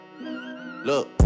Look